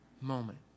moment